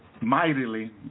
mightily